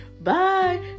bye